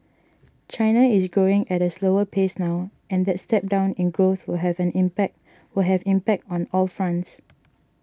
China is growing at a slower pace now and that step down in growth will have impact will have impact on all fronts